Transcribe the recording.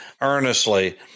earnestly